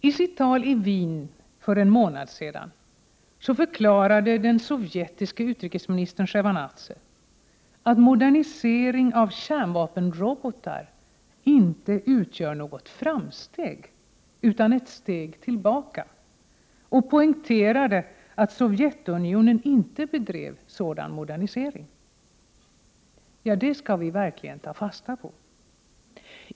I sitt tal i Wien för en månad sedan förklarade Sovjets utrikesminister Sjevardnadze att modernisering av kärnvapenrobotar inte utgör något framsteg utan ett steg tillbaka och poängterade att Sovjetunionen inte bedrev sådan modernisering. Det skall vi verkligen ta fasta på.